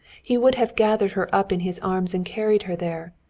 he would have gathered her up in his arms and carried her there,